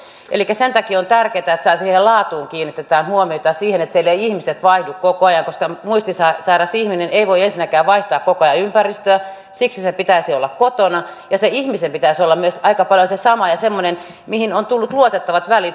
elikkä sen takia on tärkeätä että siihen laatuun kiinnitetään huomiota ja siihen että siellä eivät ihmiset vaihdu koko ajan koska muistisairas ihminen ei voi ensinnäkään vaihtaa koko ajan ympäristöä siksi hänen pitäisi olla kotona ja sen ihmisen pitäisi olla myös aika paljon se sama ja semmoinen johon on tullut luotettavat välit